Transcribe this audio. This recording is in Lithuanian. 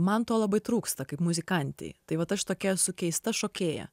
man to labai trūksta kaip muzikantei tai vat aš tokia esu keista šokėja